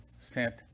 sent